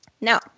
Now